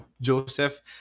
Joseph